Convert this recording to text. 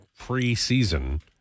preseason –